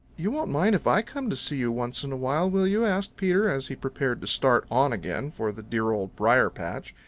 you won't mind if i come to see you once in a while, will you? asked peter as he prepared to start on again for the dear old briar-patch.